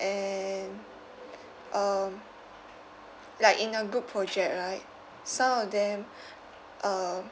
and um like in a group project right some of them um